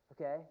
Okay